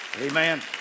Amen